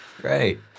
Great